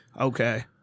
Okay